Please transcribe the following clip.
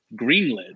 greenlit